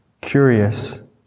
curious